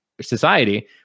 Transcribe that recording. society